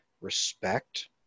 respect